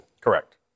Correct